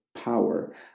power